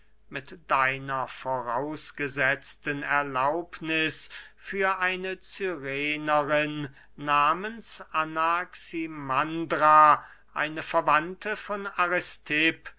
mit deiner vorausgesetzten erlaubniß für eine cyrenerin nahmens anaximandra eine verwandte von